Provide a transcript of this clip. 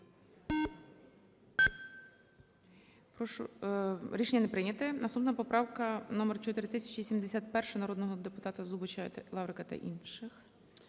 Рішення не прийнято. Наступна поправка - номер 4071, народного депутата Зубача, Лаврика та інших.